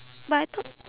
but I thought